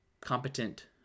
competent